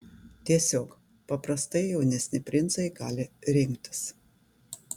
tiesiog paprastai jaunesni princai gali rinktis